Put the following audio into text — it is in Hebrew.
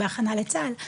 בהכנה לצה"ל,